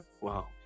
Wow